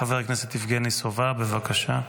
חבר הכנסת יבגני סובה, בבקשה.